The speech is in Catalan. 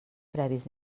previs